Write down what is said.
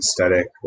aesthetic